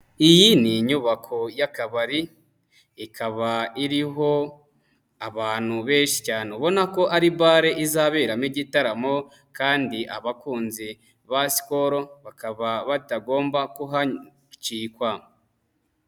Iyi ni inyubako y'akabari, ikaba iriho abantu benshi cyane, ubona ko ari bale izaberamo igitaramo kandi abakunzi ba Skol bakaba batagomba kuhacikwa.